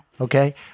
Okay